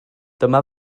dyma